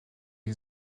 est